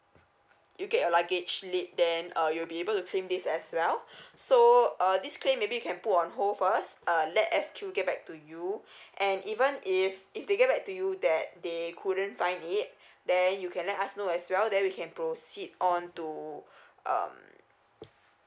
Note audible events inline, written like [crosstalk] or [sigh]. you get your luggage late then uh you'll be able to claim this as well [breath] so uh this claim maybe you can put on hold first uh let S Q get back to you [breath] and even if if they get back to you that they couldn't find it [breath] then you can let us know as well then we can proceed on to [breath] um